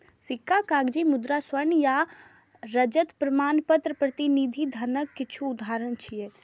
सिक्का, कागजी मुद्रा, स्वर्ण आ रजत प्रमाणपत्र प्रतिनिधि धनक किछु उदाहरण छियै